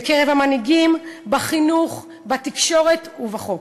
בקרב המנהיגים, בחינוך, בתקשורת ובחוק.